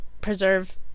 preserve